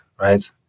right